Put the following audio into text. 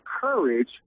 courage